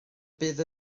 bydd